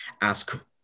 ask